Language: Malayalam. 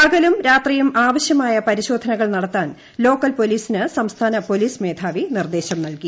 പകലും രാത്രിയും ആവശ്യമായ പരിശോധനകൾ നടത്താൻ ലോക്കൽ പോലീസിന് സംസ്ഥാന പോലീസ് മേധാവി നിർദ്ദേശം നൽകി